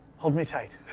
hold me tight.